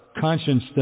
conscience